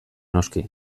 noski